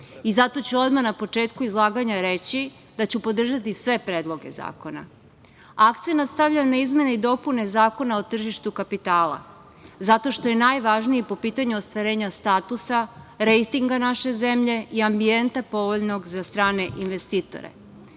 Zato ću odmah na početku izlaganja reći da ću podržati sve predloge zakona. Akcenat stavljam na izmene i dopune Zakona o tržištu kapitala, zato što je najvažniji po pitanju ostvarenja statusa, rejtinga naše zemlje i ambijenta povoljnog za strane investitore. Prošle